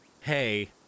hey